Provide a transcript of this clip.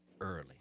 early